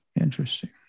interesting